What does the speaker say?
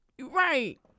Right